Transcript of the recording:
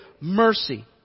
mercy